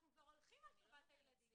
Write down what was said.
אנחנו כבר הולכים על טובת הילדים.